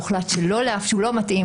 הוחלט שהוא לא מתאים,